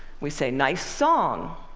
we say, nice song.